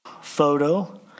photo